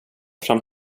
fram